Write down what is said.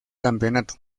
campeonato